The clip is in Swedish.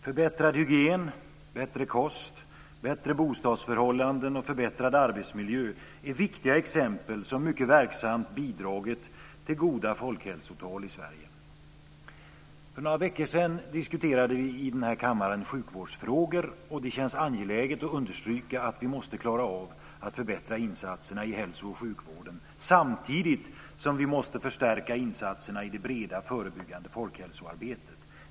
Förbättrad hygien, bättre kost, bättre bostadsförhållanden och förbättrad arbetsmiljö är viktiga exempel som mycket verksamt bidragit till goda folkhälsotal. För några veckor sedan diskuterade vi i denna kammare sjukvårdsfrågor. Det känns angeläget att understryka att vi måste klara av att förbättra insatserna i hälso och sjukvården, samtidigt som vi måste förstärka insatserna i det breda, förebyggande folkhälsoarbetet.